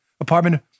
apartment